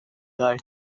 dar